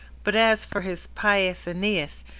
but as for his pious aeneas,